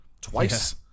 twice